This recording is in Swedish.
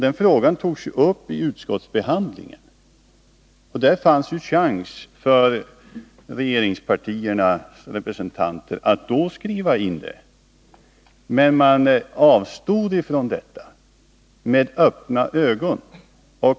Den frågan togs upp under utskottsbehandlingen. Då fanns det chans för regeringspartierna att skriva in detta, men man avstod med öppna ögon.